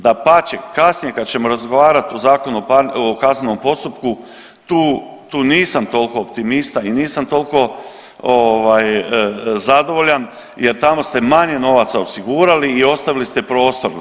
Dapače, kasnije kada ćemo razgovarati o Zakonu o kaznenom postupku tu nisam toliko optimista i nisam toliko zadovoljan jer tamo ste manje novaca osigurali i ostavili ste prostor.